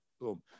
boom